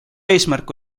eesmärk